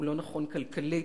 הוא לא נכון כלכלית,